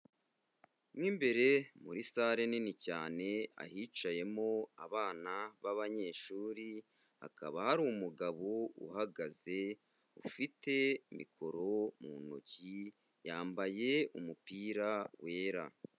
Mo imbere muri sare nini cyane ahicayemo abana b'abanyeshuri, hakaba hari umugabo uhagaze ufite mikoro mu ntoki, yambaye umupira wera.